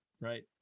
right